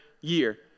year